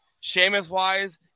Sheamus-wise